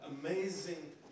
amazing